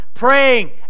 Praying